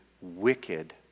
wicked